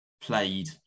played